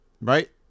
Right